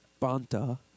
Banta